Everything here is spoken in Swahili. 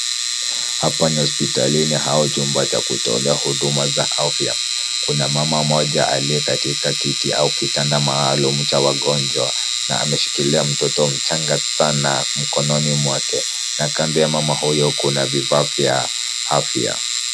Hapa ni hospitalini au chumba cha kutolea huduma za afya. Kuna mama mmoja aliye katika kiti au kitanda maalumu cha wagonjwa na ameshikilia mtoto mchanga sana mkononi mwake na kando ya mama huyo kuna vifaa vya afya.